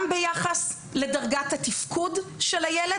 גם ביחס לדרגת התפקוד של הילד,